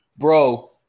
Bro